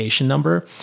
number